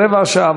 רבע שעה,